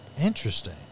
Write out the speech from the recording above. Interesting